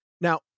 Now